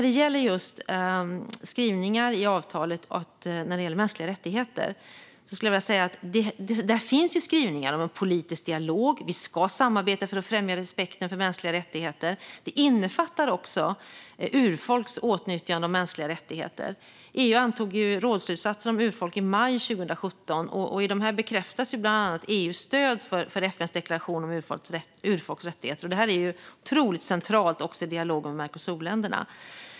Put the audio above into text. Beträffande skrivningar i avtalet när det gäller just mänskliga rättigheter finns det skrivningar där om en politisk dialog. Vi ska samarbeta för att främja respekten för mänskliga rättigheter. Det innefattar också urfolks åtnjutande av mänskliga rättigheter. EU antog rådsslutsatser om urfolk i maj 2017. Där bekräftas bland annat EU:s stöd för FN:s deklaration om urfolks rättigheter. Detta är otroligt centralt också i dialog med Mercosurländerna.